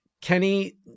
Kenny